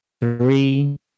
three